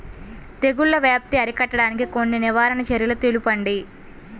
తెగుళ్ల వ్యాప్తి అరికట్టడానికి కొన్ని నివారణ చర్యలు తెలుపండి?